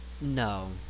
No